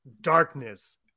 darkness